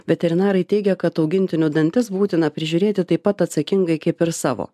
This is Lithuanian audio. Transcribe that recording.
veterinarai teigia kad augintinių dantis būtina prižiūrėti taip pat atsakingai kaip ir savo